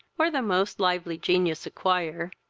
or the most lively genius acquire,